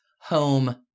home